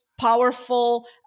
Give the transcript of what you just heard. powerful